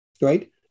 right